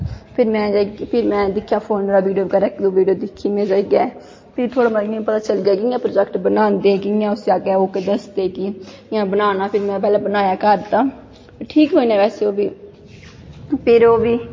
फिर में दिक्खेआ फोनें पर बीडियो इक दो बीडियो दिक्खी में जाईयै फ्ही थोह्ड़ा मता पता चलिया कियां प्रोजैक्ट बनांदे कियां अग्गैं दसदे इयां बनांना फिर में बनाया घर तां ठीक बनेआ बैसे ओह् बी फिर ओह् बी